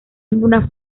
una